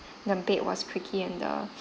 the bed was squeaky and the